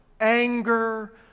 anger